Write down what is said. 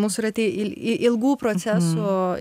mūsų rate ilgų procesų